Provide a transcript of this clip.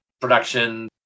production